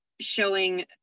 showing